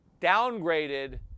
downgraded